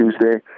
Tuesday